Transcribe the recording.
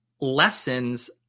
lessons